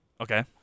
Okay